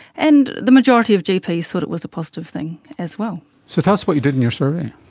and the majority of gps thought it was a positive thing as well. so tell us what you did in your survey.